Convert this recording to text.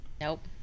nope